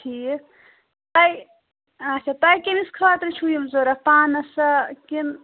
ٹھیٖک تۄہہِ اَچھا تۄہہِ کٔمِس خٲطرٕ چھُو یِم ضروٗرت پانَس ہا کِنہٕ